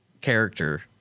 character